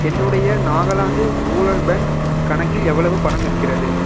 என்னுடைய Nagaland rural bank கணக்கில் எவ்வளவு பணம் இருக்கிறது